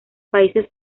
países